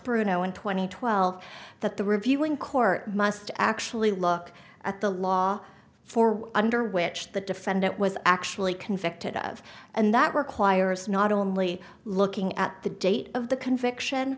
and twelve that the reviewing court must actually look at the law for under which the defendant was actually convicted of and that requires not only looking at the date of the conviction